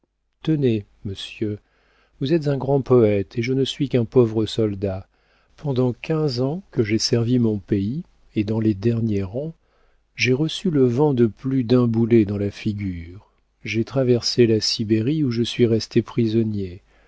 tenez monsieur vous êtes un grand poëte et je ne suis qu'un pauvre soldat pendant quinze ans que j'ai servi mon pays et dans les derniers rangs j'ai reçu le vent de plus d'un boulet dans la figure j'ai traversé la sibérie où je suis resté prisonnier